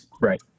Right